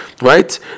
right